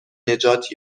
نجات